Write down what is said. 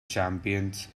champions